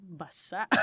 basa